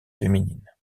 féminines